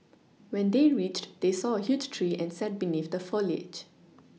when they reached they saw a huge tree and sat beneath the foliage